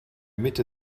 mitte